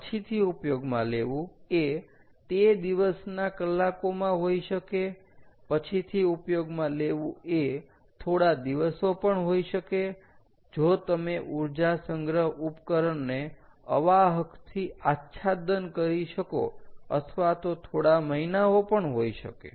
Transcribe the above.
પછીથી ઉપયોગમાં લેવું એ તે દિવસના કલાકોમાં હોઈ શકે પછીથી ઉપયોગમાં લેવું એ થોડા દિવસો પણ હોય શકે જો તમે ઊર્જા સંગ્રહ ઉપકરણને અવાહકથી આચ્છાદન કરી શકો અથવા તો થોડા મહિનાઓ પણ હોઈ શકે